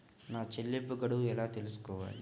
నా చెల్లింపు గడువు ఎలా తెలుసుకోవాలి?